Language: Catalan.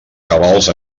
cabals